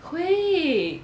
会